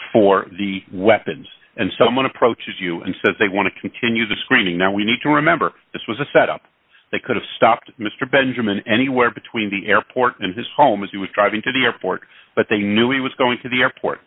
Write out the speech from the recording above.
for the weapons and someone approaches you and says they want to continue the screening now we need to remember this was a setup that could have stopped mr benjamin anywhere between the airport and his home as he was driving to the airport but they knew he was going to the airport